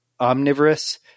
omnivorous